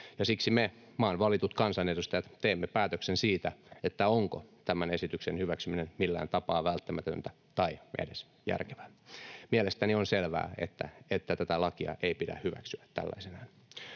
siksi me, maan valitut kansanedustajat, teemme päätöksen siitä, onko tämän esityksen hyväksyminen millään tapaa välttämätöntä tai edes järkevää. Mielestäni on selvää, että tätä lakia ei pidä hyväksyä tällaisenaan.